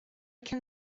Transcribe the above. can